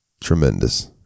tremendous